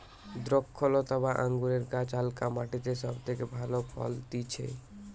দ্রক্ষলতা বা আঙুরের গাছ হালকা মাটিতে সব থেকে ভালো ফলতিছে